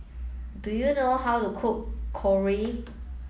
do you know how to cook Korokke